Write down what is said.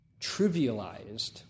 trivialized